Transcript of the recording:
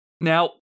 Now